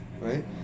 Right